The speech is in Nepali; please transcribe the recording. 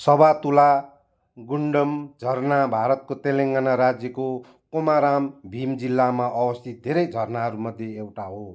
सभातुला गुन्डम् झरना भारतको तेलङ्गाना राज्यको कोमाराम भीम जिल्लामा अवस्थित धेरै झरनाहरू मध्ये एउटा हो